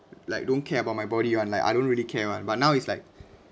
like don't care about my body [one] like I don't really care [one] but now it's like